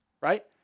right